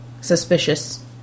suspicious